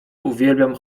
uwielbiam